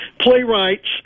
playwrights